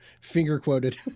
finger-quoted